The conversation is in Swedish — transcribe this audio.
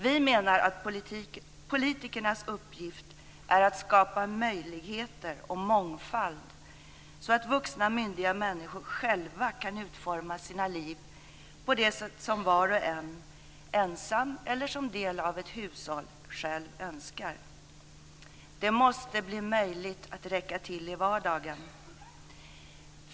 Vi menar att politikernas uppgift är att skapa möjligheter och mångfald så att vuxna myndiga människor själva kan utforma sina liv på det sätt som var och en, ensam eller som en del av ett hushåll, själv önskar. Det måste bli möjligt att räcka till i vardagen.